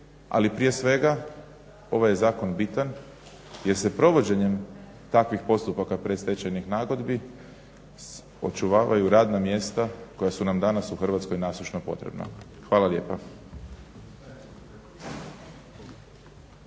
Ali prije svega ovaj je zakon bitan jer se provođenjem takvih postupaka predstečajnih nagodbi očuvavaju radna mjesta koja su nam danas u Hrvatskoj nasušno potrebna. Hvala lijepa.